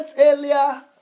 earlier